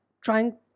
trying